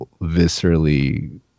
viscerally